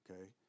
okay